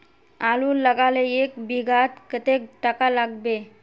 आलूर लगाले एक बिघात कतेक टका लागबे?